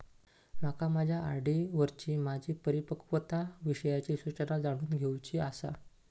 माका माझ्या आर.डी वरची माझी परिपक्वता विषयची सूचना जाणून घेवुची आसा